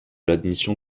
l’admission